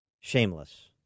Shameless